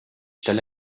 stelle